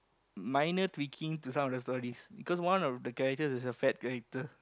minor tweaking to some of the stories because one of the character is a fat character